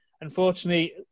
Unfortunately